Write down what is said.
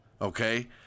Okay